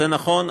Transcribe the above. זה נכון,